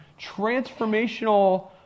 transformational